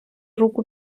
руку